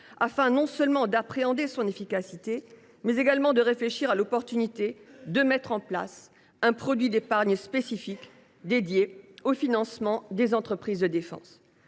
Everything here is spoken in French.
afin non seulement d’appréhender son efficacité, mais également de réfléchir à l’opportunité de mettre en place un produit d’épargne spécifique dédié au financement des entreprises de défense.